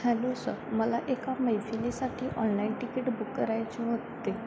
hello sir मला एका मैफिलीसाठी ऑनलाईन तिकीट बुक करायचे होते